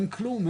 אין כלום,